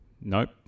Nope